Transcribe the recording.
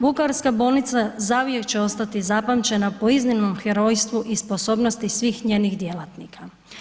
Vukovarska bolnica zauvijek će ostati zapamćena po iznimnom herojstvu i sposobnosti svih njenih djelatnika.